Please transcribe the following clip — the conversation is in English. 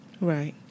Right